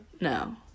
no